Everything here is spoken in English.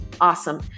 Awesome